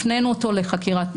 הפנינו אותו למח"ש,